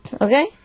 okay